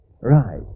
Right